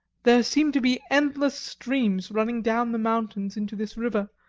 there seem to be endless streams running down the mountains into this river,